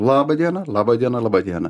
laba diena laba diena laba diena